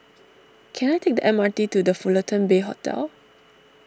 can I take the M R T to the Fullerton Bay Hotel